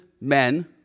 men